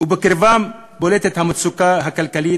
ובולטת בקרבם המצוקה הכלכלית.